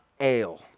ale